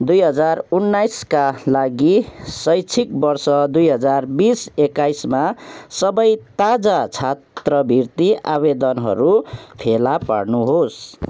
दुई हजार उन्नाइसका लागि शैक्षिक वर्ष दुई हजार बिस एक्काइसमा सबै ताजा छात्रवृत्ति आवेदनहरू फेला पार्नुहोस्